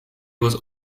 was